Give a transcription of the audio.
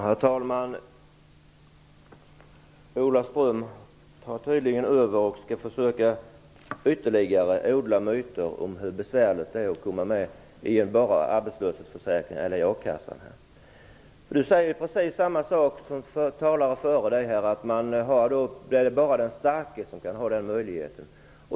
Herr talman! Ola Ström tar tydligen över och försöker att ytterligare odla myter om hur besvärligt det är att bara komma med i arbetslöshetsförsäkringen eller a-kassan. Han säger precis samma sak som talare före honom, dvs. att det bara är den starke som har den möjligheten.